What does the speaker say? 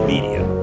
Media